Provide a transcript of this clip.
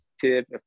tip